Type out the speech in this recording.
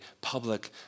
public